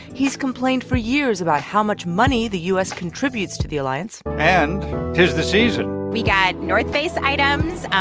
he's complained for years about how much money the u s. contributes to the alliance and tis the season we got north face items,